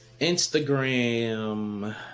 Instagram